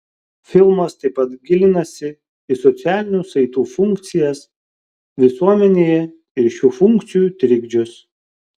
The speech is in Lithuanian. filmas taip pat gilinasi į socialinių saitų funkcijas visuomenėje ir šių funkcijų trikdžius